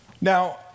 Now